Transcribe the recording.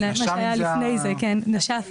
נש"מים זה היה לפני זה, כעת נש"פים.